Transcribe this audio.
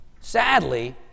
Sadly